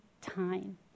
time